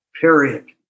Period